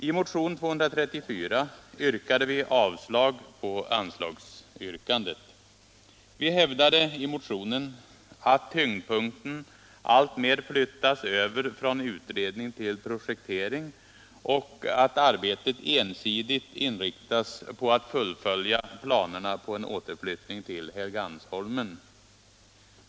I motion 234 yrkade vi avslag på anslagsyrkandet. Vi hävdade i motionen att tyngdpunkten alltmer flyttas över från utredning till projektering och att arbetet ensidigt inriktas på att fullfölja planerna på en återflyttning till Helgeandsholmen.